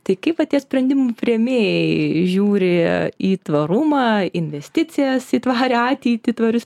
tai kaip va tie sprendimų priėmėjai žiūri į tvarumą investicijas į tvarią ateitį tvarius